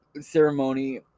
ceremony